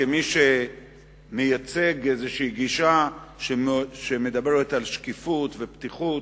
כמי שמייצג איזושהי גישה שמדברת על שקיפות ופתיחות,